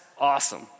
awesome